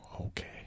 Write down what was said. okay